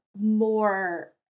more